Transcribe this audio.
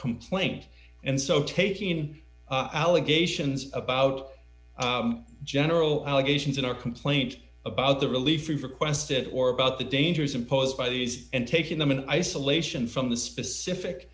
complaint and so taking allegations about general allegations in our complaint about the relief requested or about the dangers imposed by these and taking them in isolation from the specific